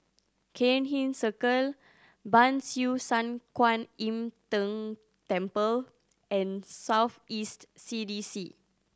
Cairnhill Circle Ban Siew San Kuan Im Tng Temple and South East C D C